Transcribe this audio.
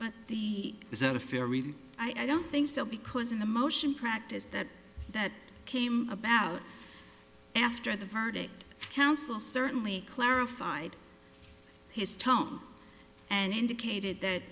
review i don't think so because in the motion practice that that came about after the verdict counsel certainly clarified his tone and indicated that